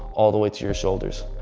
all the way to your shoulders.